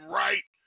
right